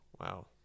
Wow